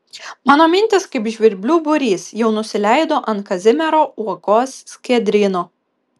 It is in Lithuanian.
mano mintys kaip žvirblių būrys jau nusileido ant kazimiero uokos skiedryno